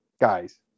Guys